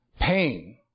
Pain